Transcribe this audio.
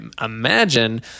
imagine